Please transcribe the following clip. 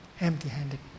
empty-handed